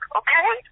okay